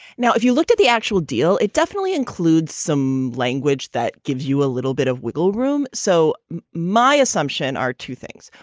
now, if you looked at the actual deal, it definitely includes some language that gives you a little bit of wiggle room. so my assumption are two things.